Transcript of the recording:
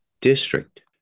district